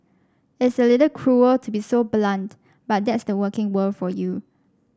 it's a little cruel to be so blunt but that's the working world for you